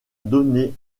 donné